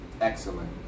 Excellent